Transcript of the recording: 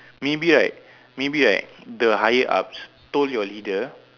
maybe right maybe right the higher ups told your leader